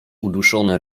uduszony